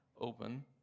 open